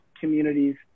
communities